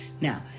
Now